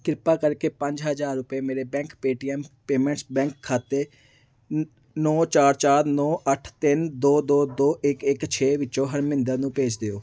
ਕ੍ਰਿਪਾ ਕਰਕੇ ਪੰਜ ਹਜ਼ਾਰ ਰੁਪਏ ਮੇਰੇ ਬੈਂਕ ਪੇਟੀਐਮ ਪੇਮੈਂਟਸ ਬੈਂਕ ਖਾਤੇ ਨ ਨੌਂ ਚਾਰ ਚਾਰ ਨੌਂ ਅੱਠ ਤਿੰਨ ਦੋ ਦੋ ਦੋ ਇੱਕ ਇੱਕ ਛੇ ਵਿੱਚੋਂ ਹਰਮਿੰਦਰ ਨੂੰ ਭੇਜ ਦਿਓ